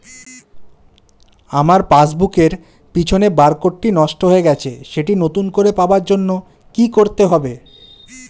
আমার পাসবুক এর পিছনে বারকোডটি নষ্ট হয়ে গেছে সেটি নতুন করে পাওয়ার জন্য কি করতে হবে?